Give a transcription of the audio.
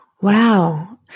Wow